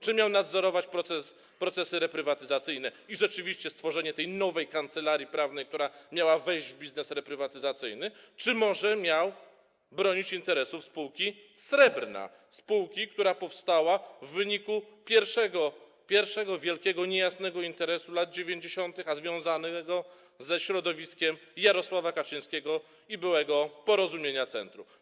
Czy miał nadzorować procesy reprywatyzacyjne i rzeczywiście stworzenie tej nowej kancelarii prawnej, która miała wejść w biznes reprywatyzacyjny, czy może miał bronić interesów spółki Srebrna, spółki, która powstała w wyniku pierwszego, wielkiego, niejasnego interesu lat 90., a związanego ze środowiskiem Jarosława Kaczyńskiego i byłego Porozumienia Centrum?